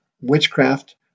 witchcraft